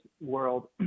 world